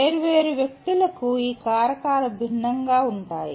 వేర్వేరు వ్యక్తులకు ఈ కారకాలు భిన్నంగా ఉంటాయి